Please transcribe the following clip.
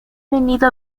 venido